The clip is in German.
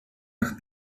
nach